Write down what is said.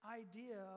idea